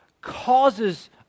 causes